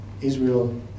Israel